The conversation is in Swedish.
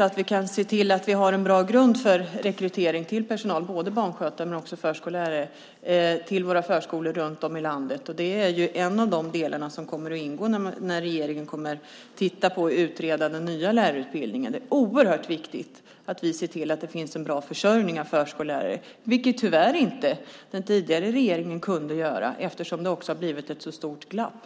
att vi kan se till att vi har en bra grund för rekrytering av både barnskötare och förskollärare till våra förskolor runt om i landet, som Eva Olofsson var inne på. Det kommer att ingå när regeringen ska titta på och utreda den nya lärarutbildningen. Det är oerhört viktigt att vi ser till att det finns en bra försörjning av förskollärare. Det kunde tyvärr inte den tidigare regeringen göra eftersom det har blivit ett så stort glapp.